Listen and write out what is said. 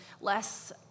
less